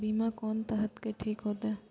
बीमा कोन तरह के ठीक होते?